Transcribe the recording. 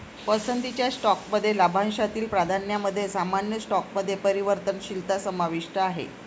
पसंतीच्या स्टॉकमध्ये लाभांशातील प्राधान्यामध्ये सामान्य स्टॉकमध्ये परिवर्तनशीलता समाविष्ट आहे